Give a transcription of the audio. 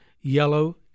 yellow